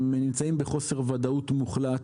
הם נמצאים בחוסר ודאות מוחלט.